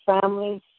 families